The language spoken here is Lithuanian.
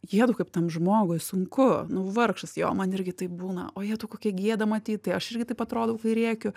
jetau kaip tam žmogui sunku nu vargšas jo man irgi taip būna o jetau kokia gėda matyt tai aš irgi taip atrodau kai rėkiu